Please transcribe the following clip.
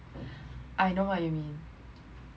I know what you mean